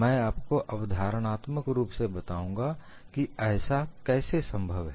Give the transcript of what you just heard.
मैं आपको अवधारणात्मक रूप से बताऊंगा कि ऐसा कैसे संभव है